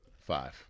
Five